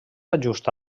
ajusta